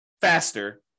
faster